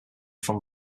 from